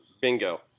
Bingo